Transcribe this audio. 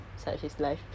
I just can't